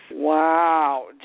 Wow